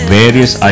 various